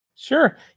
Sure